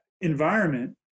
environment